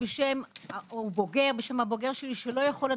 ננעל.